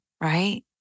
right